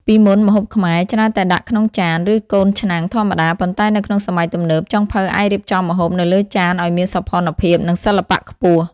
ពីមុន ម្ហូបខ្មែរច្រើនតែដាក់ក្នុងចាន ឬកូនឆ្នាំងធម្មតា ប៉ុន្តែនៅក្នុងសម័យទំនើប ចុងភៅអាចរៀបចំម្ហូបនៅលើចានឲ្យមានសោភ័ណភាព និងសិល្បៈខ្ពស់។